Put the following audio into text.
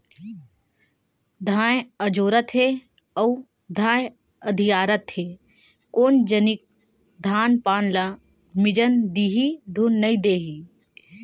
बंधाए अजोरत हे अउ धाय अधियारत हे कोन जनिक धान पान ल मिजन दिही धुन नइ देही